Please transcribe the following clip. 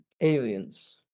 aliens